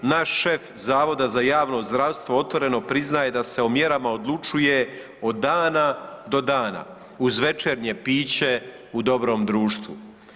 Naš šef Zavoda za javno zdravstvo otvoreno priznaje da se o mjerama odlučuje od dana do dana uz večernje piće u dobrom društvu.